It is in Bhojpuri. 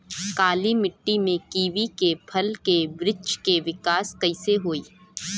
काली मिट्टी में कीवी के फल के बृछ के विकास कइसे होई?